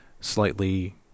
slightly